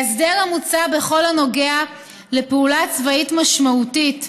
ההסדר המוצע בכל הנוגע ל"פעולה צבאית משמעותית",